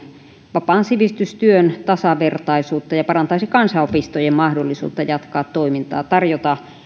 vapaan sivistystyön tasavertaisuutta ja ja parantaisi kansanopistojen mahdollisuutta jatkaa toimintaa tarjota